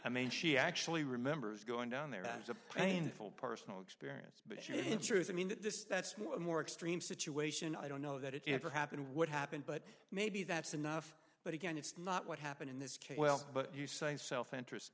i mean she actually remembers going down there as a painful personal experience but you in truth i mean this that's more a more extreme situation i don't know that it ever happened would happen but maybe that's enough but again it's not what happened in this case well but you say self interest